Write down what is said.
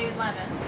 lemon